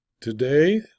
Today